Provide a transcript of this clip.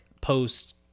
post